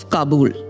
Kabul